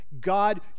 God